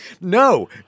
No